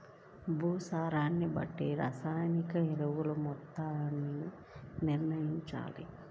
భూసారాన్ని బట్టి రసాయనిక ఎరువుల మోతాదుని నిర్ణయంచాలి